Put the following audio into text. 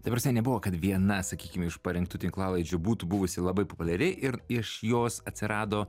ta prasme nebuvo kad viena sakykim iš parinktų tinklalaidžių būtų buvusi labai populiari ir iš jos atsirado